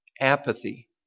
Apathy